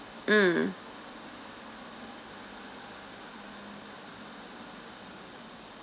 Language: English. mm